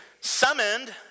Summoned